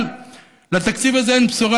אבל בתקציב הזה אין בשורה,